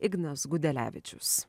ignas gudelevičius